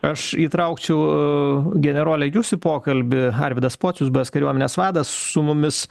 aš įtraukčiau generole jūs į pokalbį arvydas pocius buvęs kariuomenės vadas su mumis